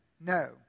No